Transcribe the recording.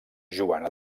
joana